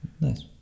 Nice